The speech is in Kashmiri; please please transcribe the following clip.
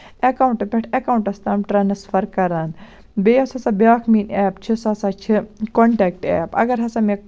ایکونٹہٕ پٮ۪ٹھ ایکونٹَس تام ترانَسفر کران بیٚیہِ ہسا سۄ بیاکھ میٲنۍ ایٚپ چھِ سو سا چھِ کونٹیکٹ ایٚپ اَگر ہسا مےٚ